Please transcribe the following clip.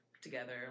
together